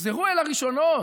תחזרו את הראשונות.